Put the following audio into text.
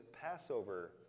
Passover